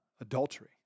adultery